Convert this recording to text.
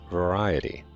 variety